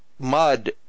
mud